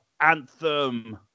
anthem